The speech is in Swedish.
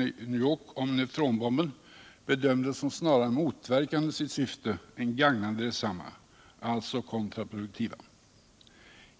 I New York om neutronbomben bedömdes som snarare motverkande sitt syfte än gagnande detsamma — alltså kontraproduktiva.